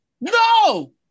No